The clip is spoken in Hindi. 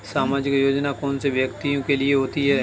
सामाजिक योजना कौन से व्यक्तियों के लिए होती है?